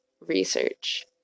research